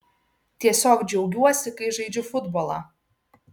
tiesiog džiaugiuosi kai žaidžiu futbolą